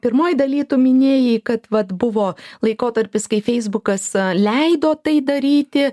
pirmoj daly tu minėjai kad vat buvo laikotarpis kai feisbukas leido tai daryti